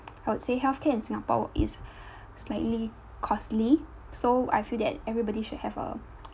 I would say healthcare in singapore w~ is slightly costly so I feel that everybody should have a